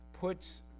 puts